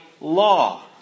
law